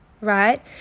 right